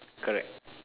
correct